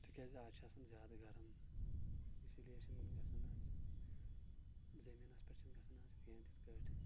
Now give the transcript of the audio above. تِکیازِ آز چھ آسان زیادٕ گرُم اسی لیے چھ نہٕ گژھان آز زمیٖنَس پٮ۪ٹھ چھ نہٕ گژھان آز کیٚنٛہہ تِتھ کٲٹھۍ